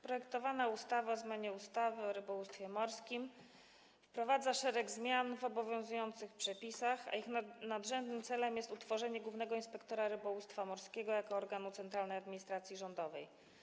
Projektowana ustawa o zmianie ustawy o rybołówstwie morskim wprowadza szereg zmian w obowiązujących przepisach, a ich nadrzędnym celem jest utworzenie głównego inspektora rybołówstwa morskiego jako organu centralnej administracji rządowej.